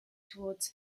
towards